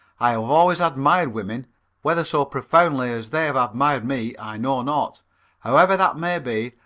i have always admired women whether so profoundly as they have admired me i know not however that may be,